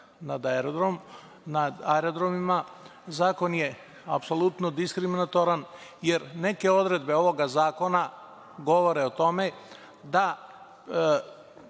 nad aerodromom, zakon je apsolutno diskriminatoran, jer neke odredbe ovog zakona govore o tome da